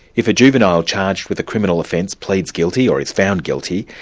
if a juvenile charged with criminal offence pleads guilty, or is found guilty,